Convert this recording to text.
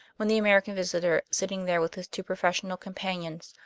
when the american visitor, sitting there with his two professional companions,